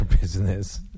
business